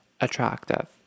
attractive